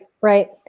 right